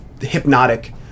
hypnotic